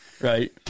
Right